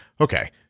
Okay